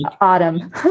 autumn